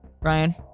Ryan